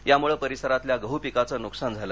यामुळं परिसरातल्या गह पिकाचं नुकसान झालं